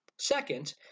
Second